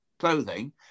clothing